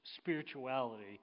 spirituality